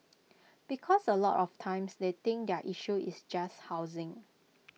because A lot of times they think their issue is just housing